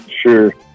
Sure